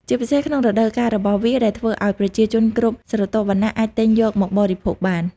ជាពិសេសក្នុងរដូវកាលរបស់វា ដែលធ្វើឲ្យប្រជាជនគ្រប់ស្រទាប់វណ្ណៈអាចទិញយកមកបរិភោគបាន។